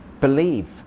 Believe